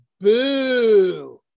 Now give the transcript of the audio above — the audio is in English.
boo